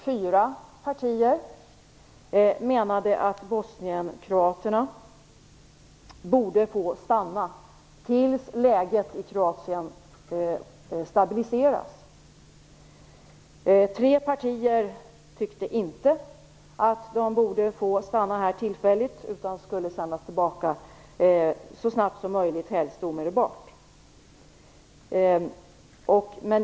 Fyra partier menade då att bosnienkroaterna borde få stanna i Sverige tills läget i Kroatien stabiliseras. Tre partier tyckte inte att bosnienkroaterna borde få stanna här tillfälligt utan menade att de skulle sändas tillbaka så snabbt som möjligt, helst omedelbart.